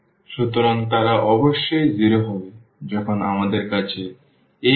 সুতরাং তারা অবশ্যই 0 হবে যখন আমাদের কাছে Ax 0 হবে